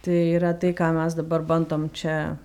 tai yra tai ką mes dabar bandom čia